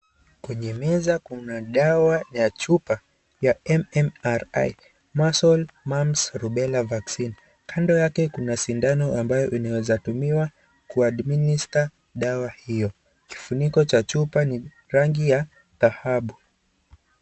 Kwenye meza kuna dawa ya chupa ya MMR II measles mumps rubella vaccine kando yake kuna shindano ambayo inawezatumiwa kuadminister dawa hiyo, kifuniko cha chupa ni rangi ya thahabu.